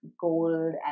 gold